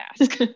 ask